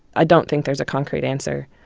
i don't think there's a concrete answer.